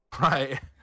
Right